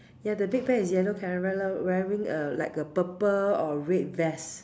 ya the big bear is yellow wearing a like a purple or red vest